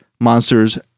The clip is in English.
monsters